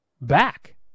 back